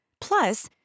Plus